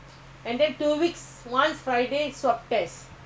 by under government